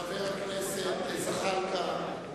חבר הכנסת זחאלקה,